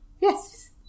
Yes